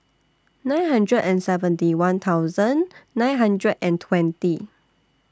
nine hundred and seventy one thousand nine hundred and twenty